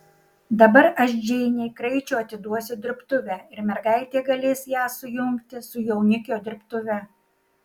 dabar aš džeinei kraičio atiduosiu dirbtuvę ir mergaitė galės ją sujungti su jaunikio dirbtuve